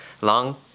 long